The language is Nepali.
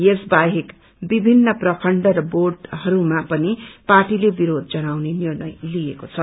यस बाहेक विभिन्न प्रखण्ड र बोडहरूमा पिन पार्टीले विरोध जनाउने निर्णय लिएको छ